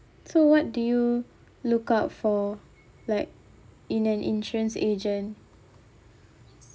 so what do you look out for like in an insurance agent